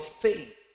faith